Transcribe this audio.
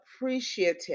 appreciative